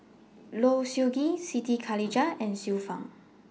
Low Siew Nghee Siti Khalijah and Xiu Fang